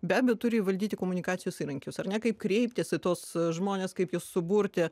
be abejo turi įvaldyti komunikacijos įrankius ar ne kaip kreiptis į tuos žmones kaip juos suburti